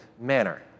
manner